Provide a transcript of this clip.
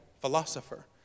philosopher